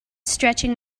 stretching